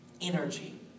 energy